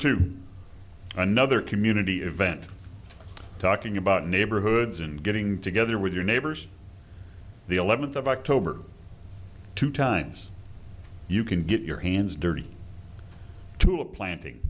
two another community event talking about neighborhoods and getting together with your neighbors the eleventh of october two times you can get your hands dirty to a planting